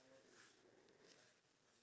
iya true